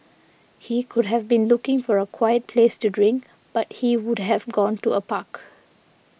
he could have been looking for a quiet place to drink but he would have gone to a park